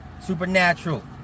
supernatural